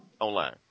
online